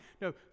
No